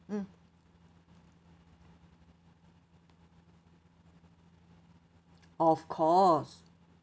mm of course